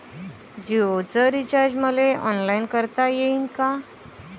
जीओच रिचार्ज मले ऑनलाईन करता येईन का?